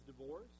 divorce